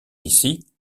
ici